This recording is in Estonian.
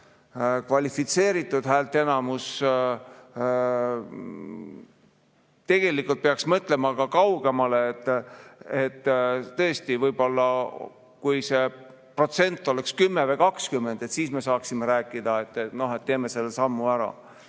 kvalifitseeritud häälteenamust. Tegelikult peaks mõtlema ka kaugemale, et tõesti, võib-olla kui see protsent oleks 10 või 20, siis me saaksime rääkida, et noh, teeme selle sammu ära.